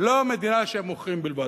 ולא מדינה של מוכרים בלבד.